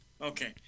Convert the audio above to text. Okay